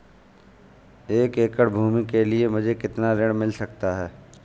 एक एकड़ भूमि के लिए मुझे कितना ऋण मिल सकता है?